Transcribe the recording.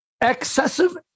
excessive